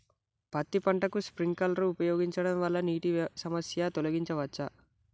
పత్తి పంటకు స్ప్రింక్లర్లు ఉపయోగించడం వల్ల నీటి సమస్యను తొలగించవచ్చా?